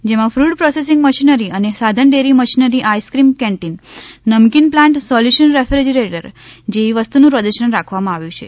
જેમા food processing machinery અને સાધનડેરી machinery ice cream canteen namkeen plant solution refrigerator જેવી વસ્તુનું પ્રદર્શનમાં રાખવામાં આવ્યુ છે